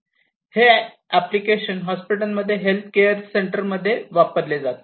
हे ऍप्लिकेशन हॉस्पिटल्समध्ये health care centre मध्ये वापरले जाते